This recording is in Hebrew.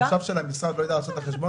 החשב של המשרד לא יודע לעשות את החשבון?